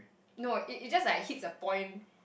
no it it's just like hit the point